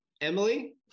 Emily